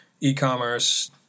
e-commerce